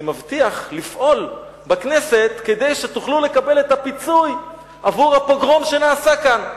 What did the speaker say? אני מבטיח לפעול בכנסת כדי שתוכלו לקבל את הפיצוי על הפוגרום שנעשה כאן,